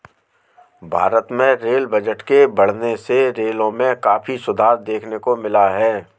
भारत में rail budget के बढ़ने से रेलों में काफी सुधार देखने को मिला है